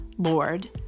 Lord